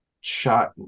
shot